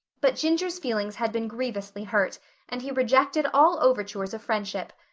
but ginger's feelings had been grievously hurt and he rejected all overtures of friendship.